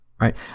Right